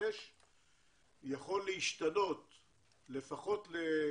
הגעתי לתפקידי,